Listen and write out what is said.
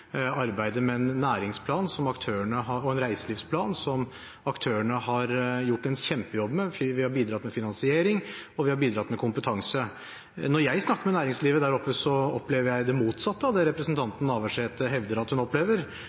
arbeidet med en næringsplan og en reiselivsplan som aktørene har gjort en kjempejobb med. Vi har bidratt med finansiering og kompetanse. Når jeg snakker med næringslivet der oppe, opplever jeg det motsatte av det representanten Navarsete hevder hun opplever.